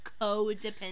codependent